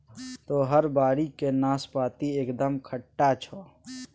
तोहर बाड़ीक नाशपाती एकदम खट्टा छौ